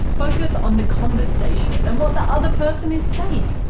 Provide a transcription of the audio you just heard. focus on the conversation and what the other person is saying.